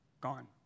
gone